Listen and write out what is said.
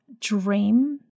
dream